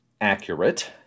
accurate